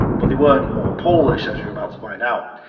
but they weren't all polish, as you're about to find out.